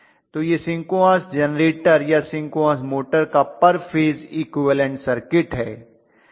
तो यह synchronous generator या सिंक्रोनस मोटर का पर फेज इक्विवलन्ट सर्किट है